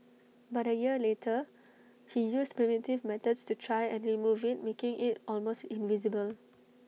but A year later he used primitive methods to try and remove IT making IT almost invisible